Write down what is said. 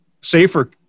safer